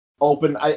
open